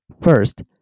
First